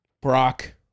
Brock